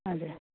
हजुर